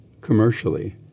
commercially